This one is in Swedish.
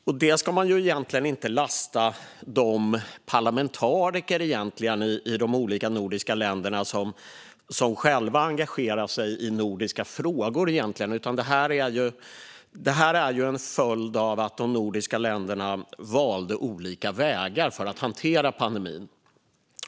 För det ska man egentligen inte lasta de parlamentariker i de olika nordiska länderna som själva engagerar sig i nordiska frågor, utan det här är en följd av att de nordiska länderna valde olika vägar för att hantera pandemin.